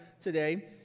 today